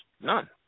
None